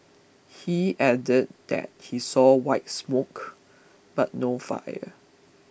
he added that he saw white smoke but no fire